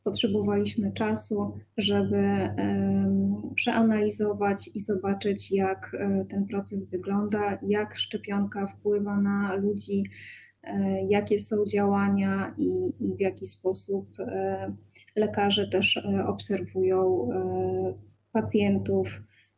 Potrzebowaliśmy czasu, żeby to przeanalizować i zobaczyć, jak wygląda ten proces, jak szczepionka wpływa na ludzi, jakie są działania i w jaki sposób lekarze obserwują pacjentów.